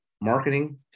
marketing